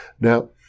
Now